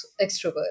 extrovert